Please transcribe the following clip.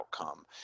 outcome